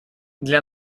для